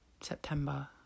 September